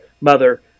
mother